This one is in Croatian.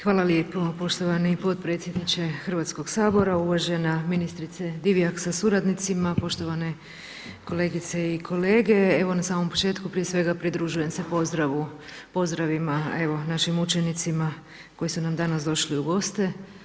Hvala lijepo, poštovani podpredsjedniče Hrvatskoga sabora, uvažena ministrice Divjak sa suradnicima, poštovane kolegice i kolege, evo na samom početku prije svega pridružujem se pozdravu, pozdravima našim učenicima koji su nam došli u goste.